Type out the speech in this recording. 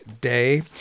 Day